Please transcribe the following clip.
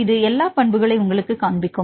இது எல்லா பண்புகளை உங்களுக்குக் காண்பிக்கும்